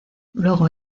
luego